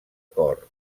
cor